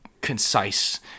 concise